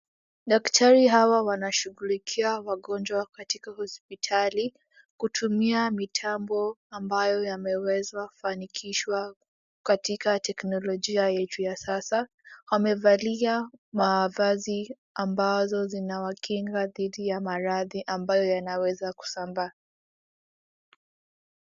Daktari hawa wanashughulikia wagonjwa katika hospitali kutumia mitambo ambayo yamewezwa kufanikishwa katika teknolojia yetu ya sasa. Wamevalia mavazi ambazo zinawakinga dhidi ya maradhi ambayo yanayoweza kusambaa.